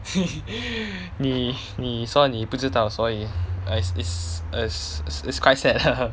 你你说你不知道所以 err is is is quite sad